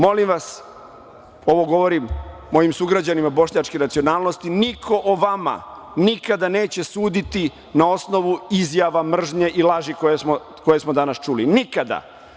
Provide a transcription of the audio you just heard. Molim vas, ovo govorim mojim sugrađanima bošnjačke nacionalnosti, niko o vama nikada neće suditi na osnovu izjava mržnje i laži koje smo danas čuli, nikada.